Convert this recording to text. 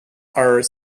are